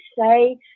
say